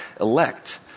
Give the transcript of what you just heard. elect